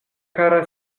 kara